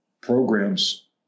programs